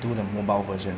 do the mobile version